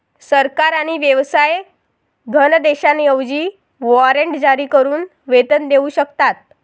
सरकार आणि व्यवसाय धनादेशांऐवजी वॉरंट जारी करून वेतन देऊ शकतात